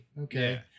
Okay